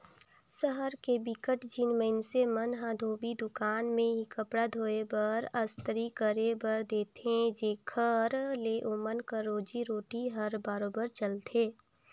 सहर के बिकट झिन मइनसे मन ह धोबी दुकान में ही कपड़ा धोए बर, अस्तरी करे बर देथे जेखर ले ओमन कर रोजी रोटी हर बरोबेर चलथे